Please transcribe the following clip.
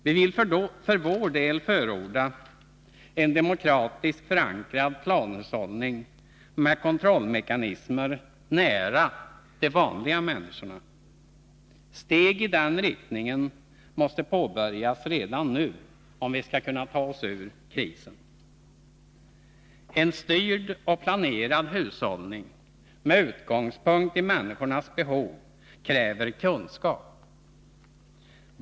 Vi vill för vår del förorda en demokratiskt förankrad planhushållning med kontrollmekanismer nära de vanliga människorna. Steg i den riktningen måste påbörjas redan nu om vi skall kunna ta oss ur krisen. En styrd och planerad hushållning med utgångspunkt i människornas behov kräver kunskap.